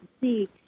see